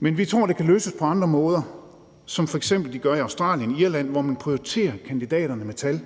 Men vi tror, det kan løses på andre måder, sådan som de f.eks. gør i Australien og Irland, hvor man prioriterer kandidaterne med tal.